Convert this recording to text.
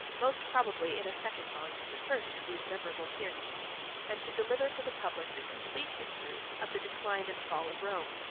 most probably in a second volume, the first of these memorable periods and to deliver to the public the complete history of the decline and fall of rome,